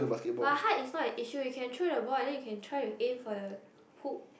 but height is not an issue you can throw the ball and then you can try to aim for the hook